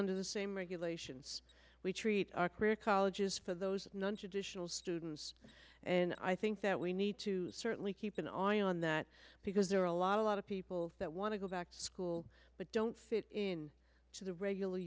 under the same regulations we treat our career colleges for those nontraditional students and i think that we need to certainly keep an eye on that because there are a lot a lot of people that want to go back to school but don't fit in to the regular